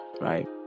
right